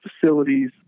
facilities